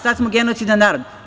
Sad smo genocidan narod.